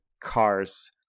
car's